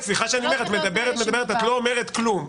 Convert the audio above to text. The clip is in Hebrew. סליחה שאני אומר: את מדברת ומדברת ולא אומרת כלום.